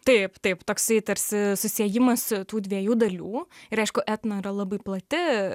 taip taip toksai tarsi susiejimas tų dviejų dalių ir aišku etno yra labai plati